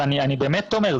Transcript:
אני באמת אומר,